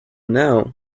now